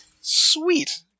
Sweet